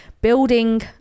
building